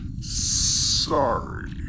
sorry